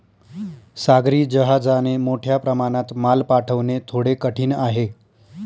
सागरी जहाजाने मोठ्या प्रमाणात माल पाठवणे थोडे कठीण आहे